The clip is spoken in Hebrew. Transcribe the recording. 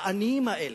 העניים האלה,